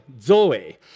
zoe